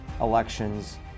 elections